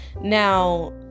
Now